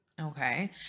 okay